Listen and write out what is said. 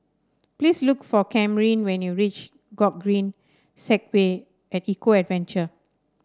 please look for Kamryn when you reach Gogreen Segway at Eco Adventure